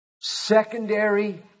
secondary